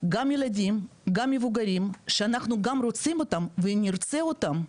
גם ילדים וגם מבוגרים שאנחנו גם רוצים אותם ונרצה אותם,